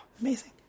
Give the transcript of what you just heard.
Amazing